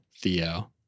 Theo